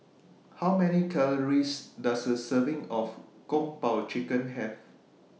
How Many Calories Does A Serving of Kung Po Chicken Have